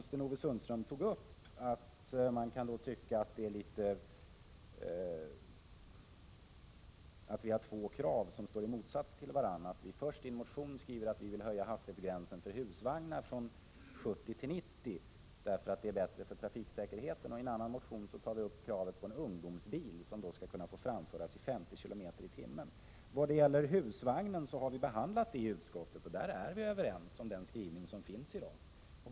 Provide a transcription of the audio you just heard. Sten-Ove Sundström sade att han tycker att våra två krav står i motsats till varandra — i en motion skriver vi att vi vill höja hastighetsgränserna för husvagnsekipage från 70 till 90 km tim. Kravet på en höjning av hastigheten för bil med husvagn har vi behandlat i utskottet, och vi var där överens om den skrivning som finns i dag.